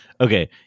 okay